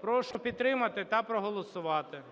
Прошу підтримати та проголосувати.